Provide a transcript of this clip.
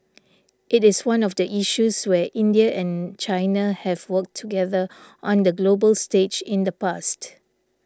it is one of the issues where India and China have worked together on the global stage in the past